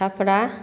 Chhapra